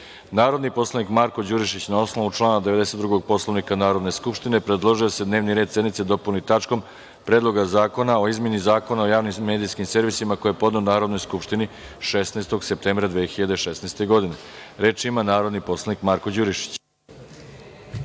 predlog. Narodni poslanik Marko Đurišić, na osnovu člana 92. Poslovnika Narodne skupštine, predložio je da se dnevni red sednice dopuni tačkom - Predlog zakona o izmenama i dopuni Zakona o kulturi, koji je podneo Narodnoj skupštini 16. septembra 2016. godine. Reč ima narodni poslanik Marko Đurišić.